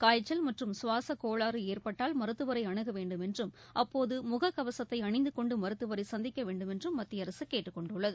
காய்ச்சல் மற்றும் சுவாசக் கோளாறு ஏற்பட்டால் மருத்துவரை அனுக வேண்டும் என்றும் அப்போது முகக்கவசத்தை அணிந்து கொண்டு மருத்துவரை சந்திக்க வேண்டுமென்றும் மத்திய அரசு கேட்டுக் கொண்டுள்ளது